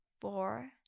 four